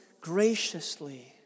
graciously